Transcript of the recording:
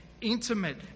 intimate